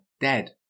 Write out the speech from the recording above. dead